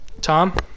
Tom